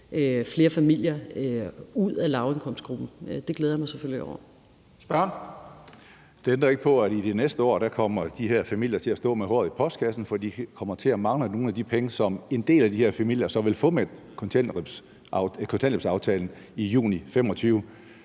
(Leif Lahn Jensen): Spørgeren. Kl. 11:23 Karsten Hønge (SF): Det ændrer ikke på, at næste år kommer de her familier til at stå med håret i postkassen, for de kommer til at mangle nogle af de penge, som en del af de her familier så vil få med kontanthjælpsaftalen i juni 2025.